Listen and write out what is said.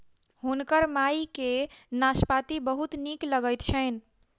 हुनकर माई के नाशपाती बहुत नीक लगैत छैन